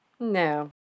No